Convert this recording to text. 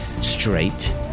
straight